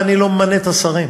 ואני לא ממנה את השרים.